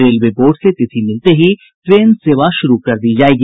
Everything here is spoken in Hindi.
रेलवे बोर्ड से तिथि मिलते ही ट्रेन सेवा शुरू कर दी जायेगी